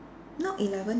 not eleven eh